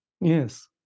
Yes